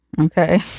Okay